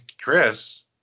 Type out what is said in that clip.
Chris